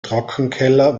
trockenkeller